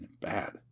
Bad